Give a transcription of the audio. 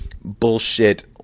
bullshit